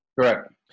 Correct